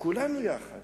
כולנו יחד